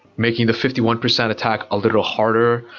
making the fifty one percent attack a little harder,